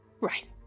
Right